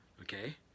okay